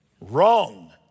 Wrong